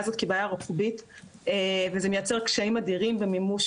הזאת כבעיה רוחבית וזה מייצר קשיים אדירים במימוש